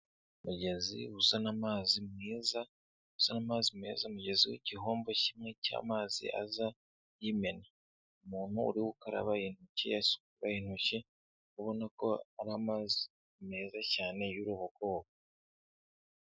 Umugezi uzana amazi meza, uzana amazi meza,u mugezi w'igihombo kimwe cy'amazi aza y'imena. Umuntu uri gukaraba intoki, asukura intoki, ubona ko ari amazi meza cyane y'urubogobogo.